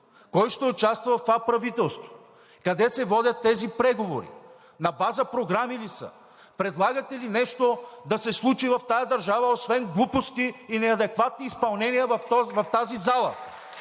Кой ще участва в това правителство? Къде се водят тези преговори? На базата на програми ли са? Предлагате ли нещо да се случи в тази държава освен глупости и неадекватни изпълнения в тази зала?